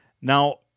Now